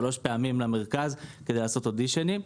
פעמים למרכז כדי לעשות אודישנים.